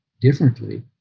differently